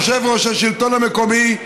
יושב-ראש השלטון המקומי,